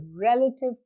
relative